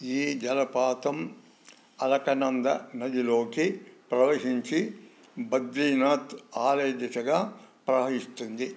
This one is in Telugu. ఈ జలపాతం అలకనంద నదిలోకి ప్రవహించి బద్రీనాథ్ ఆలయ దిశగా ప్రవహిస్తుంది